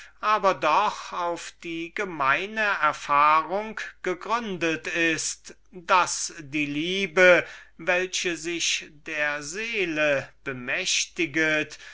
aber doch auf die erfahrungs wahrheit gegründet ist daß die liebe welche sich der seele bemächtiget